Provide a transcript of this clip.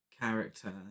character